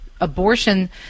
abortion